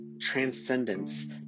transcendence